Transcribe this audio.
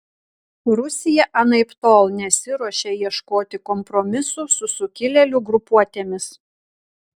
rusija anaiptol nesiruošia ieškoti kompromisų su sukilėlių grupuotėmis